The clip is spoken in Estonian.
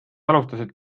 alustasid